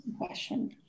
question